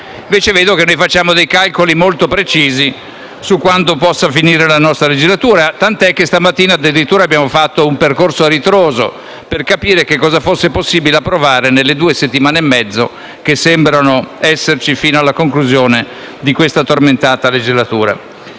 invece vedo che facciamo dei calcoli molto precisi su quando possa finire la nostra legislatura, tanto che questa mattina abbiamo addirittura fatto un percorso a ritroso, per capire cosa fosse possibile approvare nelle due settimane e mezzo che sembrano esserci fino alla conclusione di questa tormentata legislatura.